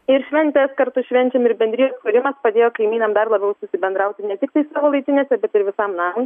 ir šventes kartu švenčiam ir bendrijos kūrimas padėjo kaimynam dar labiau susibendrauti ne tiktai savo laiptinėse bet ir visam namui